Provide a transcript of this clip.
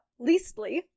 leastly